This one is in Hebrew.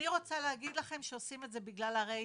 אני רוצה להגיד לכם שעושים את זה בגלל הרייטינג,